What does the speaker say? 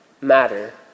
matter